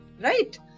Right